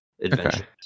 adventure